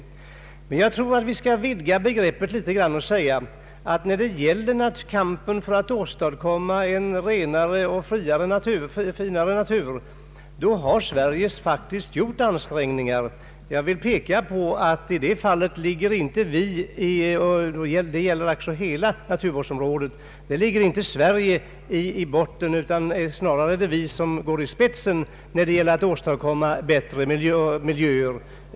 Emellertid tror jag att vi bör vidga begreppet litet grand och säga att i kampen för att åstadkomma en renare och finare natur har Sverige faktiskt gjort stora ansträngningar. När det gäller hela naturvårdsområdet ligger Sverige inte illa till. Snarare går vi i spetsen för att åstadkomma bättre miljöer.